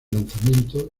lanzamiento